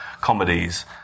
comedies